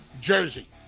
jersey